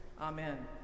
Amen